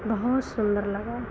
बहुत सुन्दर लगा